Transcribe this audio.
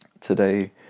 today